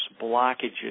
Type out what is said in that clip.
blockages